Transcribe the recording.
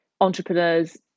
entrepreneurs